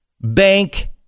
bank